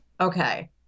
Okay